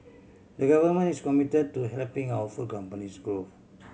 the Government is commit to helping our food companies grow